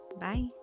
Bye